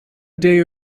day